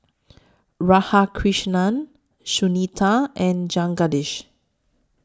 Radhakrishnan Sunita and Jagadish